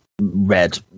red